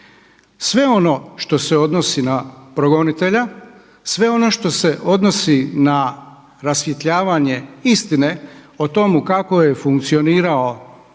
Sve ono što se odnosi na progonitelja, sve ono što se odnosi na rasvjetljavanje istine o tomu kako je funkcionirao